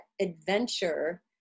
adventure